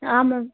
ஆமாம்